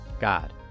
god